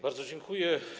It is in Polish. Bardzo dziękuję.